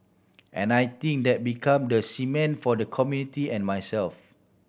and I think that become the cement for the community and myself